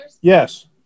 Yes